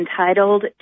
entitled